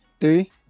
Three